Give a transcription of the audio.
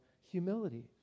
humility